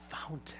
fountain